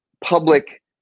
public